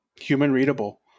human-readable